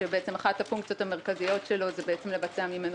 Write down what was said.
כשאחת הפונקציות המרכזיות שלו היא לבצע ממנו